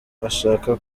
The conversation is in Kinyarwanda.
ashaka